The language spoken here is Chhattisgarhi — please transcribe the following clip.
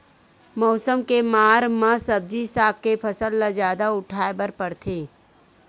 मउसम के मार म सब्जी साग के फसल ल जादा उठाए बर परथे